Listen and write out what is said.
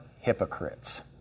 hypocrites